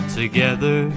together